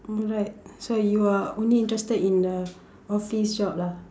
alright so you're only interested in a office job lah